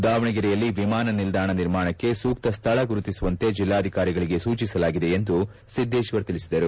ದಾವಣಗೆರೆಯಲ್ಲಿ ವಿಮಾನ ನಿಲ್ದಾಣ ನಿರ್ಮಾಣಕ್ಕೆ ಸೂಕ್ತ ಸ್ಥಳ ಗುರುತಿಸುವಂತೆ ಜಿಲ್ಲಾಧಿಕಾರಿಗಳಿಗೆ ಸೂಚಿಸಲಾಗಿದೆ ಎಂದು ಸಿದ್ದೇಶ್ವರ್ ತಿಳಿಸಿದರು